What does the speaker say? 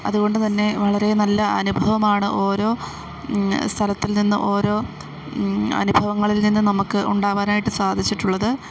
അതുകൊണ്ടുതന്നെ വളരെ നല്ല അനുഭവമാണ് ഓരോ സ്ഥലത്തിൽ നിന്നും ഓരോ അനുഭവങ്ങളിൽ നിന്നും നമുക്ക് ഉണ്ടാവാനായിട്ടു സാധിച്ചിട്ടുള്ളത്